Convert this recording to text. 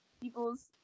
people's